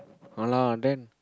a lah then